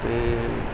ਅਤੇ